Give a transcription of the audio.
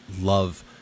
love